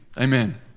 Amen